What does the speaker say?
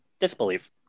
disbelief